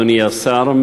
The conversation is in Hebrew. אדוני השר,